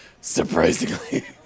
Surprisingly